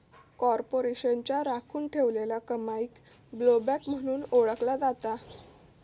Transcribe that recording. कॉर्पोरेशनच्या राखुन ठेवलेल्या कमाईक ब्लोबॅक म्हणून ओळखला जाता